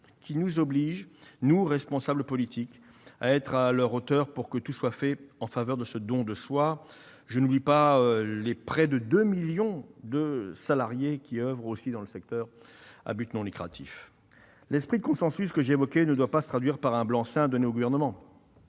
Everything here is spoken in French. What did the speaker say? nous obligent, nous, responsables politiques, à être à leur hauteur pour que tout soit fait en faveur de ce don de soi. Je n'oublie pas les quelque 2 millions de salariés qui oeuvrent dans le secteur à but non lucratif. L'esprit de consensus que j'évoquais ne doit pas se traduire par un blanc-seing donné au Gouvernement.